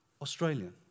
Australian